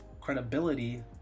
credibility